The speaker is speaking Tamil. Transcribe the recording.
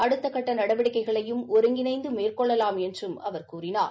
அடுத்தகட்ட நடவடிக்கைகளையும் ஒருங்கிணைந்து மேற்கொள்ளலாம் என்றும் அவர் கூறினார்